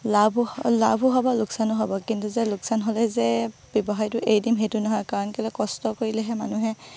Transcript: লাভ লাভো হ'ব লোকচানো হ'ব কিন্তু যে লোকচান হ'লে যে ব্যৱসায়টো এৰি দিম সেইটো নহয় কাৰণ কেলৈ কষ্ট কৰিলেহে মানুহে